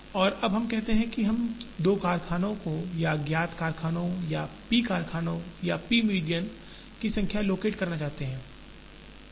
और अब हम कहते हैं हम 2 कारखानों को या ज्ञात कारखानों या पी कारखानों या पी मीडियन की संख्या लोकेट करना चाहते हैं